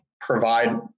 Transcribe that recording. provide